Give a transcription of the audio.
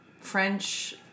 French